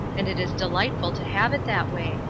and it is delightful to have it that way,